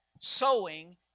sowing